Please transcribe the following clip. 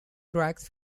tracks